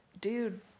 dude